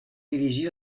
dirigí